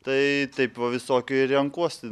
tai taip va visokių ir renkuosi